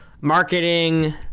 marketing